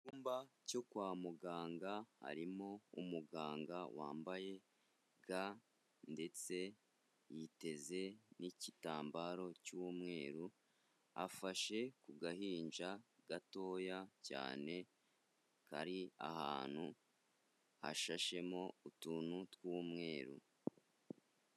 Icyumba cyo kwa muganga, harimo umuganga wambaye ga ndetse yiteze n'igitambaro cy'umweru. Afashe ku gahinja gatoya cyane kari ahantu hashashemo utuntu tw'umweru.